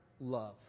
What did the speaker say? love